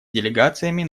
делегациями